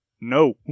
no